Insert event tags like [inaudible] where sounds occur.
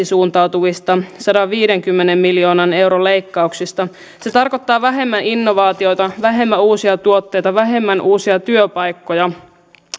[unintelligible] suuntautuvista sadanviidenkymmenen miljoonan euron leikkauksista se tarkoittaa vähemmän innovaatioita vähemmän uusia tuotteita vähemmän uusia työpaikkoja